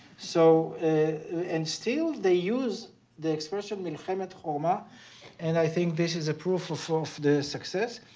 so and still they use the expression miilchemet chromaa and i think this is a proof of the success.